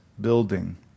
building